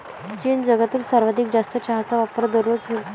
चीन जगातील सर्वाधिक जास्त चहाचा वापर दररोज वापरतो